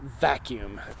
vacuum